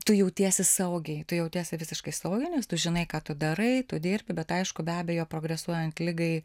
tu jautiesi saugiai tu jautiesi visiškai saugiai nes tu žinai ką tu darai tu dirbi bet aišku be abejo progresuojant ligai